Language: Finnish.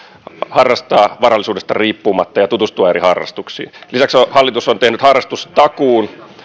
harrastaa varallisuudesta riippumatta ja tutustua eri harrastuksiin lisäksi hallitus on tehnyt harrastustakuun